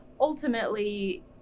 ultimately